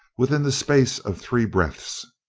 within the space of three breaths.